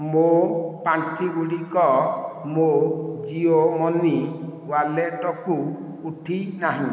ମୋ' ପାଣ୍ଠିଗୁଡ଼ିକ ମୋ' ଜିଓ ମନି ୱାଲେଟକୁ ଉଠି ନାହିଁ